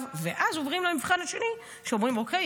ואז עוברים למבחן השני ואומרים אוקיי,